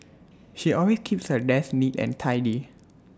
she always keeps her desk neat and tidy